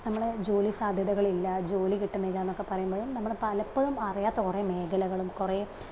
നമ്മള് ജോലി സാധ്യതകൾ ഇല്ല ജോലി കിട്ടുന്നില്ല എന്നൊക്കെ പറയുമ്പോഴും നമ്മള് പലപ്പോഴും അറിയാത്ത കുറെ മേഖലകളും കുറെ